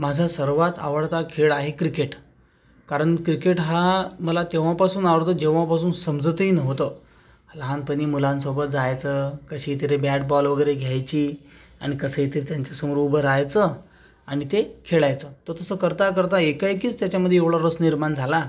माझा सर्वात आवडता खेळ आहे क्रिकेट कारण क्रिकेट हा मला तेव्हापासून आवडतो जेव्हापासून समजत ही नव्हतं लहानपणी मुलांसोबत जायचं कशीतरी बॅट बॉल वगैरे घ्यायची आणि कसंही ते त्यांच्या समोर उभं राहायचं आणि ते खेळायचं तर तसं करता करता एकाएकीच त्याच्यामध्ये एवढा रस निर्माण झाला